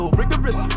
rigorous